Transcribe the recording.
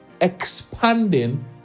expanding